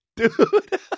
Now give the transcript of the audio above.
Dude